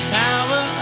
power